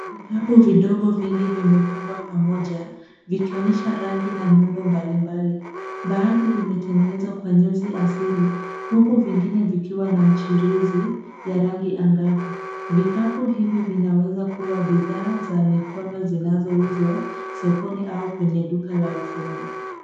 Vikapu vidogo vingi vimepangwa kwa pamoja vikionyesha rangi na muundo mbalimbali. Baadhi vimetengenezwa kwa nyuzi asili huku vingine vikiwa na michirizi ya rangi angavu. Vikapu hivi vinaweza kuwa bidhaa za mikono zinazouzwa sokoni au kwenye duka la ufundi.